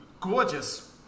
Gorgeous